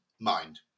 mind